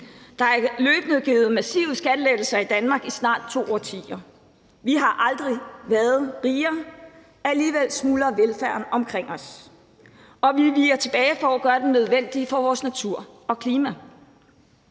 Der er løbende givet massive skattelettelser i Danmark i snart to årtier. Vi har aldrig været rigere. Alligevel smuldrer velfærden omkring os, og vi viger tilbage for at gøre det nødvendige for vores natur og klima.